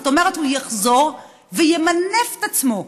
כלומר הוא יחזור וימנף את עצמו.